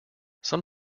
some